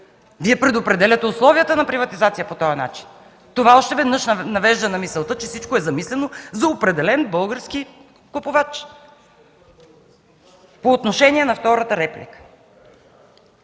Вие предопределяте по този начин условията на приватизация. Това още веднъж навежда на мисълта, че всичко е замислено за определен български купувач. По отношение на втората реплика.